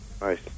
Nice